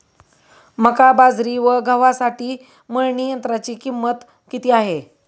मका, बाजरी व गव्हासाठी मळणी यंत्राची किंमत किती आहे?